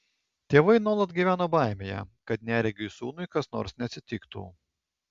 tėvai nuolat gyveno baimėje kad neregiui sūnui kas nors neatsitiktų